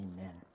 amen